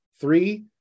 three